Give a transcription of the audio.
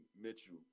Mitchell